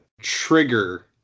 trigger